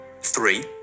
Three